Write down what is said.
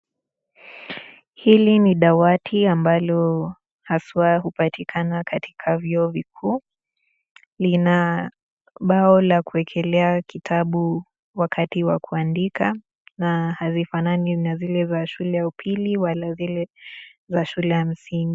Hili ni dawati ambalo haswa upatikana katika vyuo vikuu, lina bao la kuwelekea kitabu wakati wa kuandika na hazifanani na zile za shule ya upili wala zile za shule za msingi